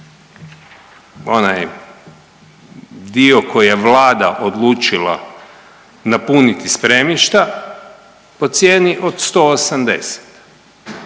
onaj dio koji je Vlada odlučila napuniti spremišta po cijeni od 180.